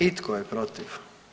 I tko je protiv?